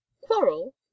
quarrel